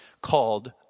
called